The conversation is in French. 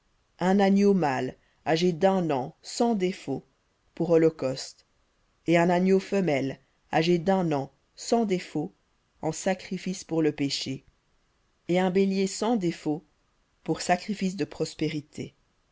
un agneau mâle âgé d'un an sans défaut pour holocauste et un agneau femelle âgé d'un an sans défaut en sacrifice pour le péché et un bélier sans défaut pour sacrifice de prospérités